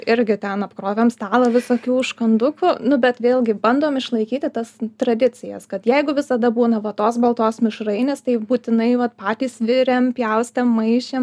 irgi ten apkrovėm stalą visokių užkandukų nu bet vėlgi bandom išlaikyti tas tradicijas kad jeigu visada būna va tos baltos mišrainės tai būtinai vat patys virėm pjaustėm maišėm